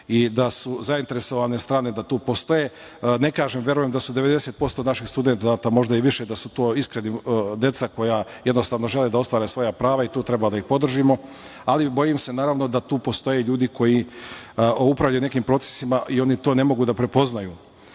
i da su zainteresovane strane, da tu postoje. Ne kažem, verujem da su 90% naših studenata, možda i više, iskrena deca, koja jednostavno žele da ostvare svoja prava i tu treba da ih podržimo, ali bojim se da tu postoje ljudi koji upravljaju nekim procesima i oni to ne mogu da prepoznaju. Hteo